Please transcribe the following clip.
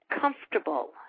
comfortable